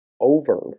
over